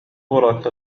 كرة